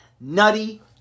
nutty